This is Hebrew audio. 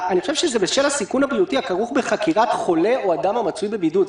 זה בשל הסיכון הבריאותי הכרוך בחקירת חולה או אדם המצוי בבידוד.